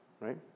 right